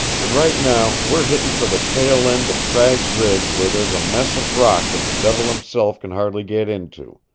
and right now we're hittin' for the tail-end of cragg's ridge where there's a mess of rock that the devil himself can hardly get into.